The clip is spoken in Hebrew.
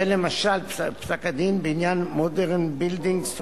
ראה למשל פסק-הדין בעניין "מודרן בילדינגס הולדינגס"